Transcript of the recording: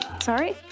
Sorry